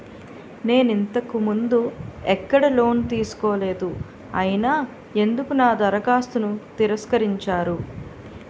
నేను ఇంతకు ముందు ఎక్కడ లోన్ తీసుకోలేదు అయినా ఎందుకు నా దరఖాస్తును తిరస్కరించారు?